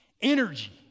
energy